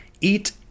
eat